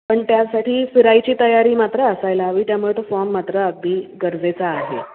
पण त्यासाठी फिरायची तयारी मात्र असायला हवी त्यामुळे तो फॉर्म मात्र अगदी गरजेचा आहे